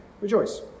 Rejoice